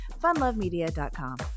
Funlovemedia.com